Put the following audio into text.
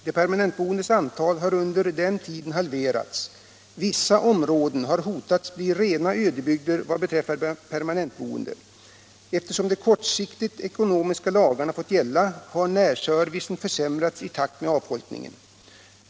De permanentboendes antal har under den tiden halverats. Vissa områden hotar att bli rena ödebygder vad beträffar permanentboende. Eftersom de kortsiktiga ekonomiska lagarna fått gälla har närservicen försämrats i takt med avfolkningen.